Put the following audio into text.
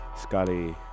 Scully